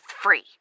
free